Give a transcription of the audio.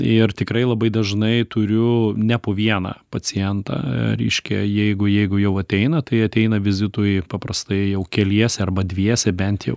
ir tikrai labai dažnai turiu ne po vieną pacientą reiškia jeigu jeigu jau ateina tai ateina vizitui paprastai jau keliese arba dviese bent jau